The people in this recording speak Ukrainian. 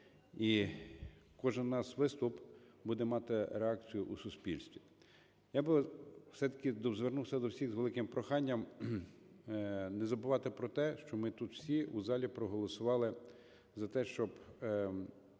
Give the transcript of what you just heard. і кожен наш виступ буде мати реакцію в суспільстві. Я би все-таки звернувся до всіх з великим проханням не забувати про те, що ми тут всі у залі проголосували за те, щоб